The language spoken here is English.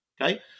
Okay